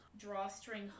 drawstring